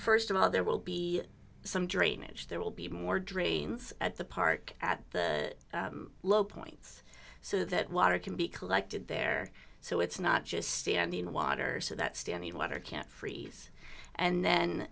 first of all there will be some drainage there will be more drains at the park at low points so that water can be collected there so it's not just standing water so that standing water can't freeze and then